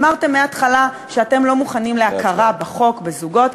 אמרתם מההתחלה שאתם לא מוכנים להכרה בחוק בזוגות,